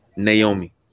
Naomi